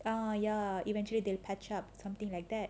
uh ya eventually they'll patch up something like that